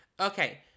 Okay